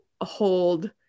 hold